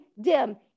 dim